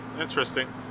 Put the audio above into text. Interesting